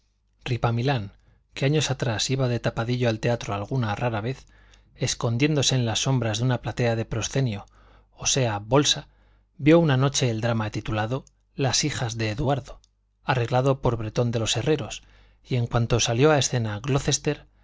dure ripamilán que años atrás iba de tapadillo al teatro alguna rara vez escondiéndose en las sombras de una platea de proscenio o sea bolsa vio una noche el drama titulado los hijos de eduardo arreglado por bretón de los herreros y en cuanto salió a escena glocester el